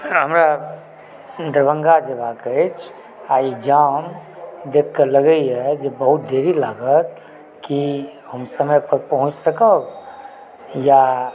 हमरा दरभङ्गा जेबाक अछि आओर ई जाम देखिके लगैए जे बहुत देरी लागत की हम समयपर पहुँचि सकब या